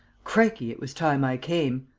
crikey, it was time i came!